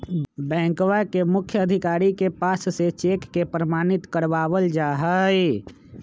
बैंकवा के मुख्य अधिकारी के पास से चेक के प्रमाणित करवावल जाहई